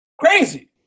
Crazy